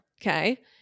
okay